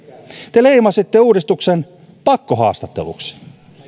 te leimasitte uudistuksen pakkohaastatteluksi